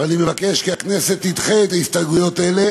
אני מבקש כי הכנסת תדחה הסתייגויות אלה